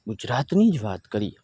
ગુજરાતની જ વાત કરીએ